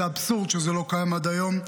זה אבסורד שזה לא קיים עד היום.